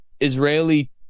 Israeli